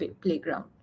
playground